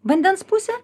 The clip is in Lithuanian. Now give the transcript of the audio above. vandens pusę